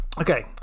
okay